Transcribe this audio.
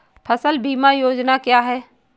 फसल बीमा योजना क्या है?